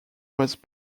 was